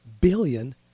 billion